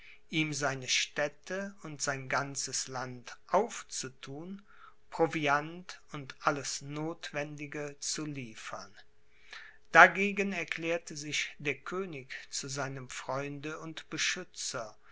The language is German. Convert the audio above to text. ihm seine städte und sein ganzes land aufzuthun proviant und alles nothwendige zu liefern dagegen erklärte sich der könig zu seinem freunde und beschützer